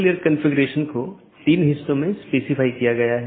इन मार्गों को अन्य AS में BGP साथियों के लिए विज्ञापित किया गया है